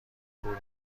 کور